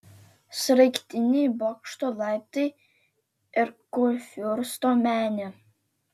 sraigtiniai bokšto laiptai ir kurfiursto menė